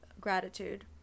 gratitude